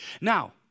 Now